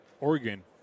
Oregon